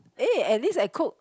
eh at least I cook